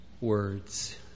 words